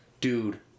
Dude